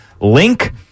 link